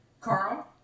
Carl